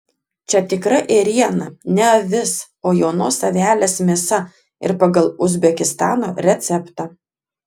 čia tikra ėriena ne avis o jaunos avelės mėsa ir pagal uzbekistano receptą